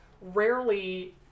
rarely